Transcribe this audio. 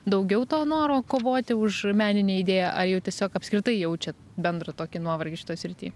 daugiau to noro kovoti už meninę idėją ar jau tiesiog apskritai jaučiat bendrą tokį nuovargį šitoj srity